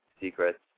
secrets